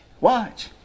Watch